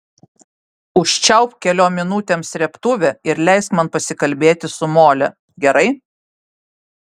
užčiaupk keliom minutėm srėbtuvę ir leisk man pasikalbėti su mole gerai